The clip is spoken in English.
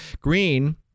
Green